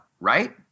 Right